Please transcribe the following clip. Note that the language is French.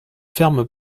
ferme